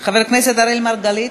חבר הכנסת אראל מרגלית,